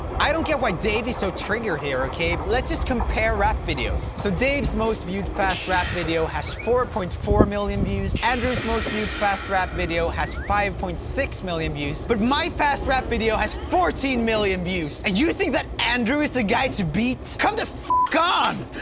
i don't get why dave is so triggered here, okay? let's just compare rap videos. so dave's most viewed fast rap video has four point four million views. andrews most viewed fast rap video has five point six million views. but my fast rap video has fourteen million views! and you think that andrew is the guy to beat? come